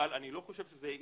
אבל אני לא חושב שזה יעיל.